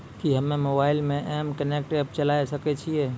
कि हम्मे मोबाइल मे एम कनेक्ट एप्प चलाबय सकै छियै?